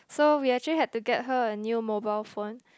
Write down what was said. so we actually had to get her a new mobile phone